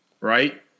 right